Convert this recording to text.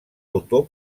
autor